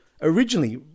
originally